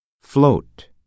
float